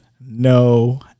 No